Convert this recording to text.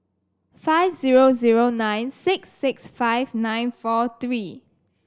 five zero zero nine six six five nine four three